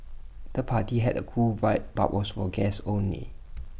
the party had A cool vibe but was for guests only